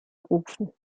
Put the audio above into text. rufen